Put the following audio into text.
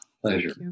pleasure